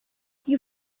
you